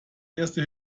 erste